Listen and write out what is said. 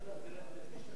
ויש להקפיד על זה.